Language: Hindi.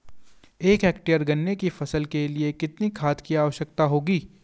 एक हेक्टेयर गन्ने की फसल के लिए कितनी खाद की आवश्यकता होगी?